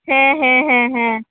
ᱦᱮᱸ ᱦᱮᱸ ᱦᱮᱸ ᱦᱮᱸ